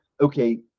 okay